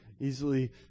easily